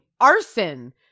arson